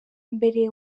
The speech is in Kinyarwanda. mbere